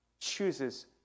chooses